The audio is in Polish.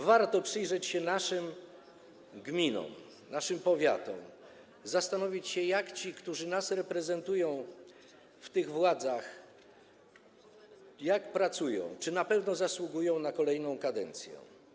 Warto przyjrzeć się naszym gminom, naszym powiatom, zastanowić się, jak ci, którzy nas reprezentują w tych władzach, pracują, czy na pewno zasługują na kolejną kadencję.